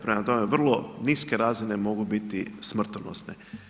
Prema tome, vrlo niske razine mogu biti smrtonosne.